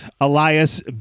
Elias